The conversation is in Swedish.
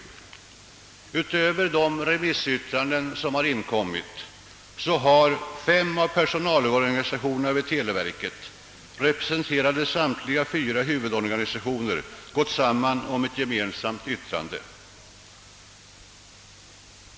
Förutom de inkomna remissyttrandena har fem av personalorganisationerna vid televerket, representerande samtliga fyra huvudorganisationer, gått samman om ett gemensamt yttrande.